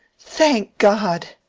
thank god!